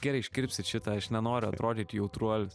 gerai iškirpsit šitą aš nenoriu atrodyti jautruolis